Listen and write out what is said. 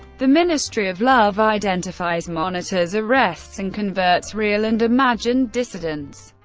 the ministry of love identifies, monitors, arrests, and converts real and imagined dissidents.